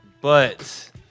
But-